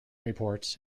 reports